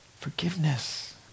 forgiveness